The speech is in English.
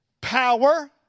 power